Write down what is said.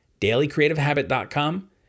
dailycreativehabit.com